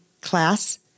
class